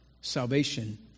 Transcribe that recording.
Salvation